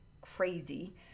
crazy